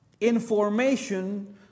information